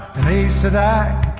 said ag